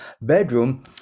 bedroom